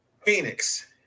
Phoenix